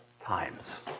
times